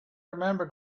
remember